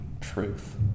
truth